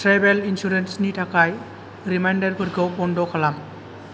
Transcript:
travel इन्सुरेन्सनि थाखाय रिमाइन्डारफोरखौ बन्द' खालाम